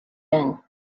been